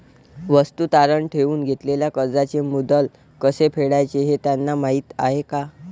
वस्तू तारण ठेवून घेतलेल्या कर्जाचे मुद्दल कसे फेडायचे हे त्यांना माहीत आहे का?